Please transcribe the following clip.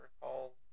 recall